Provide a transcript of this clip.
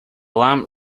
lamp